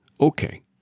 Okay